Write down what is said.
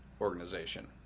organization